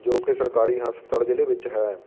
ਜੋ ਕਿ ਸਰਕਾਰੀ ਹਸਪਤਾਲ ਜ਼ਿਲ੍ਹੇ ਵਿੱਚ ਹੈ